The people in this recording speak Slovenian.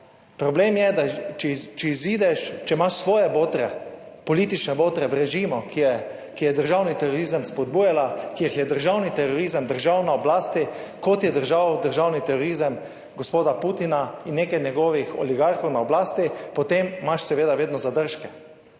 Problem je, da če izideš, če imaš svoje botre, politične botre v režimu, ki je državni terorizem spodbujala, ki jih je državni terorizem držav na oblasti, kot je držal državni terorizem gospoda Putina in nekaj njegovih oligarhov na oblasti, potem imaš seveda vedno zadržke,